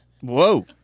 Whoa